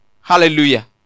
Hallelujah